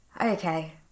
Okay